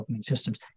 systems